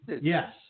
Yes